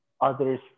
others